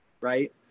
right